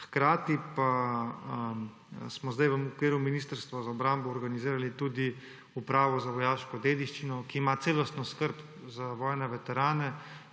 Hkrati pa smo zdaj v okviru Ministrstva za obrambo organizirali tudi Upravo za vojaško dediščino, ki ima celostno skrb za vojne veterane